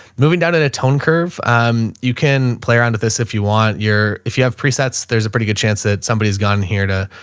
moving down in a tone curve. um, you can play around to this if you want your, if you have presets, there's a pretty good chance that somebody has gone here to,